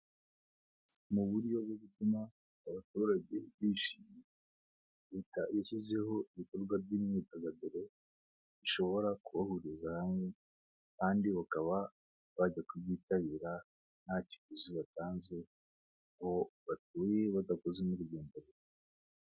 Mu buryo bwo gutuma abaturage bishima leta yashyizeho ibikorwa by'imyidagaduro bishobora kubahuriza hamwe kandi bakaba bajya kubyitabira nta kiguzi batanze aho batuye badakoze n'urugendo.